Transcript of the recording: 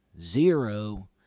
Zero